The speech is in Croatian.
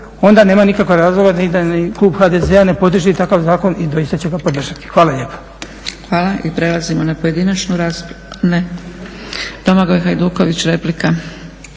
onda nema nikakvog razloga ni da klub HDZ-a ne podrži takav zakon i doista će ga podržati. Hvala lijepa. **Zgrebec, Dragica (SDP)** Hvala. I prelazimo na pojedinačnu raspravu, ne, Domagoj Hajduković replika.